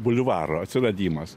bulvaro atsiradimas